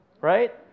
right